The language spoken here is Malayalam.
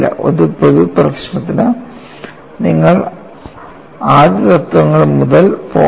ഒരു പൊതു പ്രശ്നത്തിന് നിങ്ങൾ ആദ്യ തത്വങ്ങൾ മുതൽ പോകണം